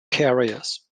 carriers